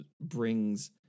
brings